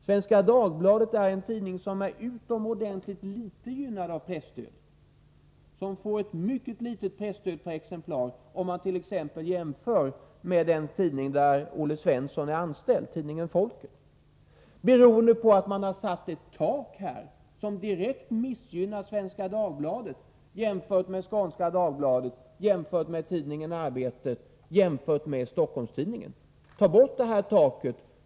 Svenska Dagbladet är en tidning som är utomordentligt litet gynnad av presstöd och som får ett mycket litet presstöd per exemplar om man t.ex. jämför med den tidning som Olle Svensson är anställd i, tidningen Folket, beroende på att man har satt ett tak som direkt missgynnar Svenska Dagbladet. Detsamma gäller i jämförelse med Skånska Dagbladet, tidningen Arbetet och Stockholms-Tidningen. Ta bort det här taket!